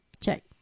Check